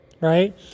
right